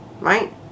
Right